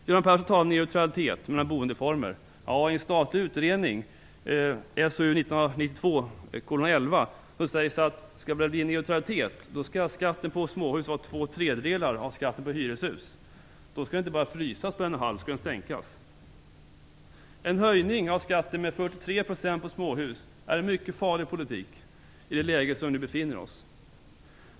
Göran Persson talar om neutralitet när det gäller boendeformer. I en statlig utredning SOU 1992:11 står att om det skall vara neutralitet skall skatten på småhus vara två tredjedelar av skatten på hyreshus. Den skall inte bara frysas, den skall sänkas. En höjning av skatten med 43 % på småhus är en mycket farlig politik i det läge som vi nu befinner oss i.